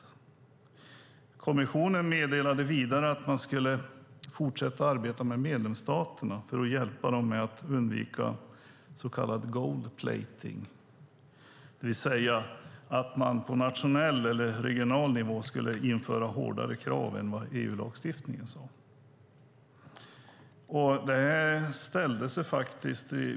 Kommissionen meddelade vidare att man skulle fortsätta arbeta med medlemsstaterna för att hjälpa dem att undvika så kallad gold-plating, det vill säga att man på nationell eller regional nivå skulle införa hårdare krav än vad EU-lagstiftningen sade.